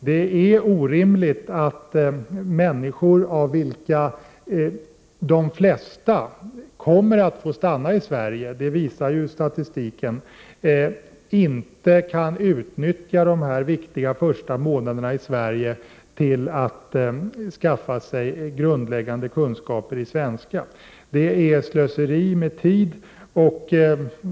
Det är orimligt att människor, av vilka de flesta kommer att få stanna i Sverige — det visar ju statistiken — inte kan utnyttja dessa viktiga första månader i Sverige till att skaffa sig grundläggande kunskaper i svenska. Det är slöseri med tiden.